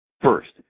first